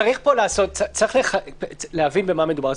צריך להבין במה מדובר.